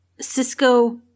Cisco